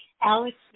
Alex